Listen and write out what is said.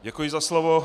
Děkuji za slovo.